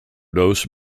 dose